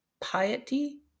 piety